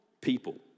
people